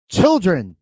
children